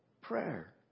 prayer